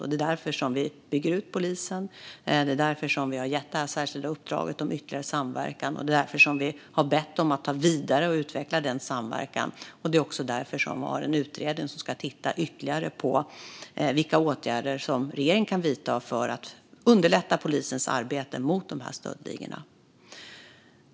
Det är därför vi bygger ut polisen. Det är därför vi har gett det särskilda uppdraget om ytterligare samverkan och bett om att ta vidare och utveckla denna samverkan. Det är också därför vi har en utredning som ska titta ytterligare på vilka åtgärder som regeringen kan vidta för att underlätta polisens arbete mot stöldligorna.